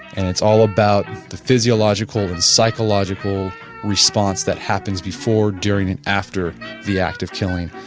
and it's all about the physiological and psychological response that happens before, during and after the act of killing.